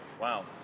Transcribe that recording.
wow